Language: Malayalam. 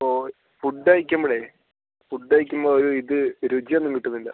ഇപ്പോൾ ഫുഡ് കഴിക്കുമ്പോഴേ ഫുഡ് കഴിക്കുമ്പം ഒരു ഇത് രുചിയൊന്നും കിട്ടുന്നില്ല